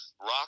rock